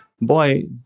boy